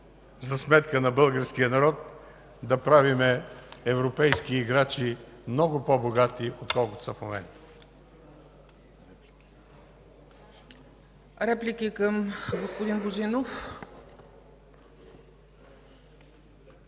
за сметка на българския народ да правим европейски играчи много по-богати, отколкото са в момента.